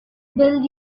build